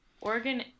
Oregon